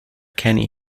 kenny